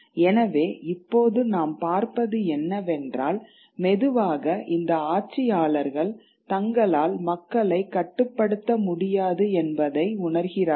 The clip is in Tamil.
எனவே இப்போது நாம் பார்ப்பது என்னவென்றால் மெதுவாக இந்த ஆட்சியாளர்கள் தங்களால் மக்களை கட்டுப்படுத்த முடியாது என்பதை உணர்கிறார்கள்